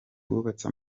wubatse